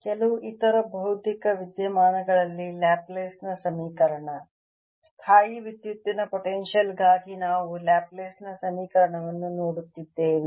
ಕೆಲವು ಇತರ ಭೌತಿಕ ವಿದ್ಯಮಾನಗಳಲ್ಲಿ ಲ್ಯಾಪ್ಲೇಸ್ನ ಸಮೀಕರಣ ಸ್ಥಾಯೀವಿದ್ಯುತ್ತಿನ ಪೊಟೆನ್ಶಿಯಲ್ ಗಾಗಿ ನಾವು ಲ್ಯಾಪ್ಲೇಸ್ ನ ಸಮೀಕರಣವನ್ನು ನೋಡುತ್ತಿದ್ದೇವೆ